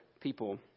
people